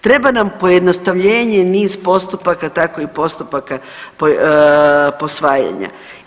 Treba nam pojednostavljenje niz postupaka, tako i postupaka posvajanja.